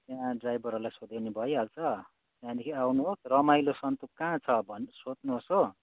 त्यहाँ ड्राइभरहरूलाई सोध्यो भने भइहाल्छ अनि आउनुहोस् रमाइलो सन्तुक कहाँ छ भनेर सोध्नुहोस् हो